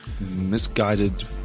misguided